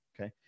okay